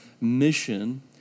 mission